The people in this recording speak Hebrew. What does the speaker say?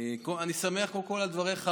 אני שמח קודם כול על דבריך,